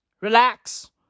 Relax